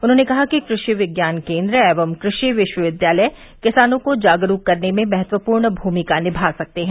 उन्होंने कहा कि कृषि विज्ञान केन्द्र एवं कृषि विश्वविद्यालय किसानों को जागरूक करने में महत्वपूर्ण भूमिका निभा सकते हैं